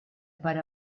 per